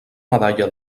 medalla